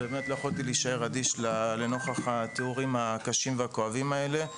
ובאמת לא יכולתי להישאר אדיש לנוכח התיאורים הקשים והכואבים האלה.